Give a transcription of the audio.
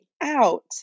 out